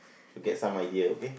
so get some idea okay